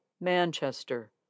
Manchester